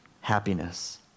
happiness